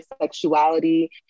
sexuality